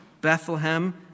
Bethlehem